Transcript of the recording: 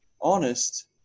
honest